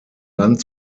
land